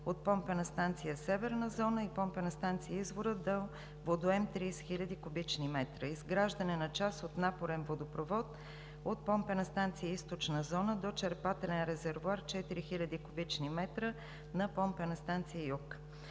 от помпена станция „Северна зона“ и помпена станция „Извор“ до водоем 30 хиляди кубични метра, изграждане на част от напорен водопровод от помпена станция „Източна зона“ до черпателен резервоар 4 хиляди кубични метра на помпена станция „Юг“.